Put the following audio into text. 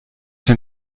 den